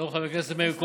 שלום, חבר הכנסת מאיר כהן.